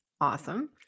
awesome